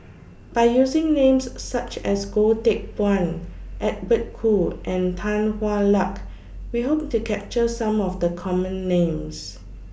By using Names such as Goh Teck Phuan Edwin Koo and Tan Hwa Luck We Hope to capture Some of The Common Names